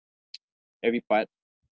every part